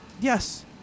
Yes